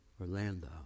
Orlando